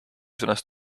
sõnas